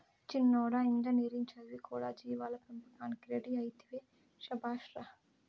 చిన్నోడా ఇంజనీరింగ్ చదివి కూడా జీవాల పెంపకానికి రెడీ అయితివే శభాష్ రా